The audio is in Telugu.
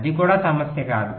అది కూడా సమస్య కాదు